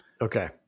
Okay